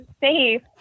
safe